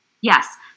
Yes